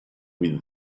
with